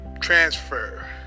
transfer